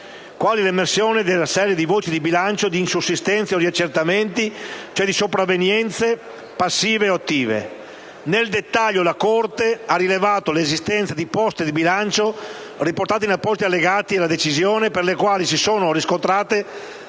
quali l'emersione per una serie di voci di bilancio di insussistenze o di riaccertamenti, cioè di sopravvenienze passive o attive. Nel dettaglio la Corte dei conti ha rilevato l'esistenza di poste di bilancio, riportate in appositi allegati alla decisione, per le quali si sono riscontrate